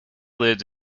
lived